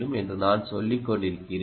என்று நான் சொல்லிக் கொண்டிருக்கிறேன்